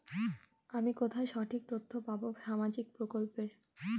আমি কোথায় সঠিক তথ্য পাবো সামাজিক প্রকল্পের?